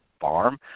farm